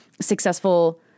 successful